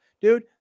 dude